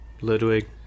Ludwig